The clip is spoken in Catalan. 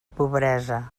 pobresa